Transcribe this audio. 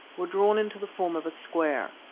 were drawn into the form of a square,